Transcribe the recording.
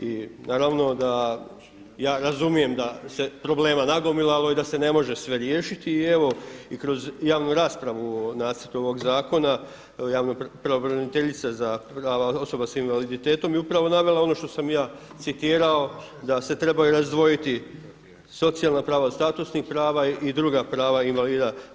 I naravno da ja razumijem da se problema nagomilalo i da se ne može sve riješiti i evo i kroz javnu raspravu o nacrtu ovog zakona, javna pravobraniteljica za prava osoba sa invaliditetom je upravo navela ono što sam i ja citirao da se trebaju razdvojiti socijalna prava od statusnih prava i druga prava invalida.